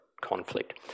conflict